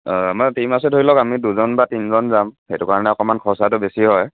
অঁ আমাৰ টীম আছে ধৰি লওক আমি দুজন বা তিনিজন যাম সেইটো কাৰণে অকণমান খৰচাটো বেছি হয়